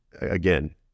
Again